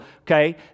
okay